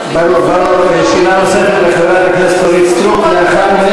והנושא עדיין נמצא בבדיקה.